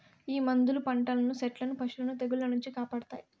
ఈ మందులు పంటలను సెట్లను పశులను తెగుళ్ల నుంచి కాపాడతాయి